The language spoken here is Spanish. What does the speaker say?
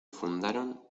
fundaron